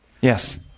Yes